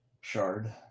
Shard